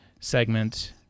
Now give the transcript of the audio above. segment